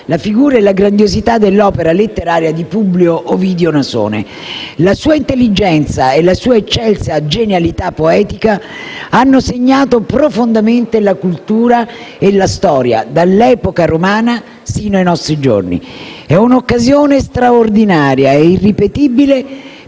la figura e la grandiosità dell'opera letteraria di Publio Ovidio Nasone. La sua intelligenza e la sua eccelsa genialità poetica hanno segnato profondamente la cultura e la storia, dall'epoca romana sino ai nostri giorni. È un'occasione straordinaria e irripetibile